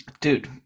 dude